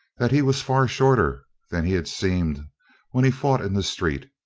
that he was far shorter than he had seemed when he fought in the street.